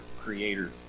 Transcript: Creator